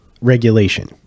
regulation